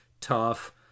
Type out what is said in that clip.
tough